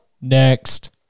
next